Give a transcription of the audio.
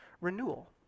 renewal